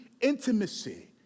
intimacy